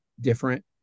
different